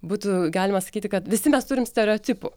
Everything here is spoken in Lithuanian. būtų galima sakyti kad visi mes turim stereotipų